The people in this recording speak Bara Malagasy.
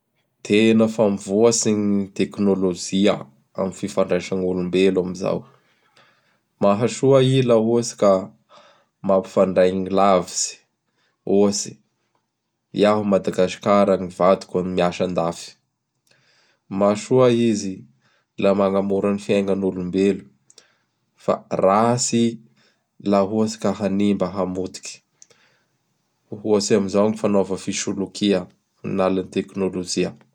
Tena fa mivoatsy gny teknolojia amin' gny fifandraisa gn' olombelo am zao. Mahasoa i laha ohatsy ka mampifandray gny lavitsy. Ohatsy: Iaho a Madagasikara, gny vadiko miasa andafy. Mahasoa izy laha magnamora ny fiaignan'olombelo. Fa ratsy la ohatsy ka hanimba, hamotiky. Ohatsy amin'izao gny fanaova fisolokia am alalan' ñy teknolojia.